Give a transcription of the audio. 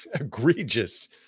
egregious